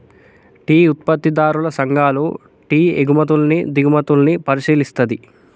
tea ఉత్పత్తిదారుల సంఘాలు tea ఎగుమతుల్ని దిగుమతుల్ని పరిశీలిస్తది